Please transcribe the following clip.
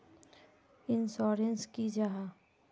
Insurance की जाहा?